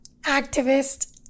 activist